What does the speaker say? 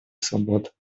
свобод